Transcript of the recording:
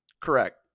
Correct